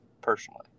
personally